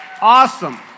Awesome